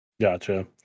Gotcha